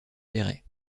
perret